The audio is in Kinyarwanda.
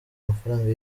amafaranga